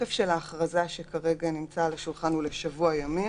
התוקף של ההכרזה שנמצא כרגע על השולחן הוא לשבוע ימים.